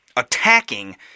attacking